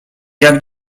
jak